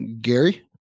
Gary